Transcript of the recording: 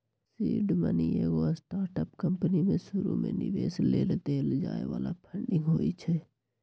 seed money एगो startup company में शुरुमे निवेश लेल देल जाय बला फंडिंग होइ छइ